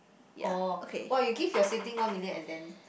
orh !wah! you give your sibling one million and then